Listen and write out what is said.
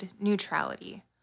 neutrality